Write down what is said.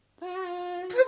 Bye